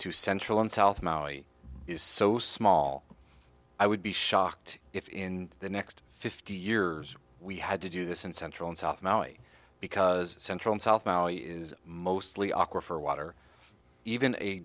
to central and south maui is so small i would be shocked if in the next fifty years we had to do this in central and south maui because central south now is mostly awkward for water even a